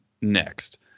next